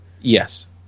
yes